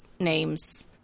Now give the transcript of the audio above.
Names